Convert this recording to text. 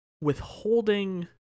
withholding